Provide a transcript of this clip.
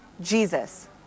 Jesus